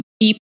keep